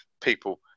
people